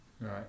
Right